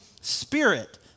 spirit